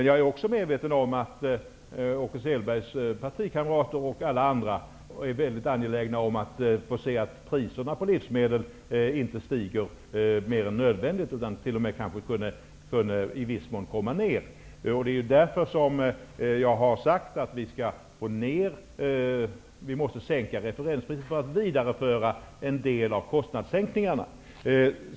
Jag är också medveten om att Åke Selbergs partikamrater och andra är mycket angelägna om att priserna på livsmedel inte höjs mer än nödvändigt utan kanske i viss mån även sänks. Därför har jag sagt att referenspriserna måste sänkas för att vidareföra en del av kostnadssänkningarna.